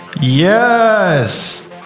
Yes